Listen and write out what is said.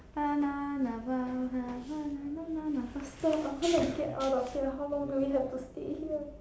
faster I want to get out of here how long do we have to stay here